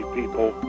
people